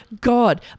God